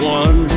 one